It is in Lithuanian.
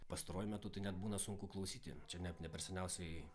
pastaruoju metu tai net būna sunku klausyti čia net ne per seniausiai